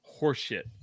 Horseshit